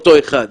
אותו אחד,